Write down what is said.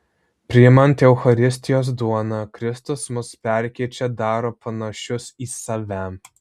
priimant eucharistijos duoną kristus mus perkeičia daro panašius į save